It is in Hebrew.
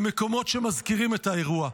למקומות שמזכירים את האירוע.